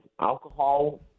alcohol